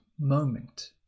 moment